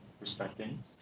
respecting